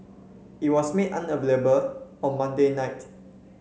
it was made unavailable on Monday night